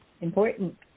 important